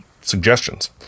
suggestions